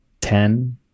Ten